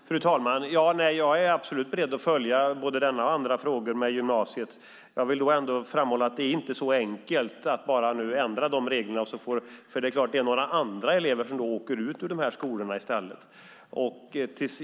Fru talman! Jag är absolut beredd att följa både denna och andra frågor som gäller gymnasiet. Jag vill ändå framhålla att det inte är så enkelt att man nu bara kan ändra reglerna. Då är det ju några andra elever som åker ut ur de här skolorna i stället.